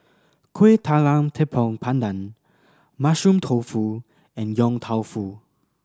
Kueh Talam Tepong Pandan Mushroom Tofu and Yong Tau Foo